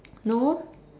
no